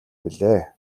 билээ